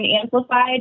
amplified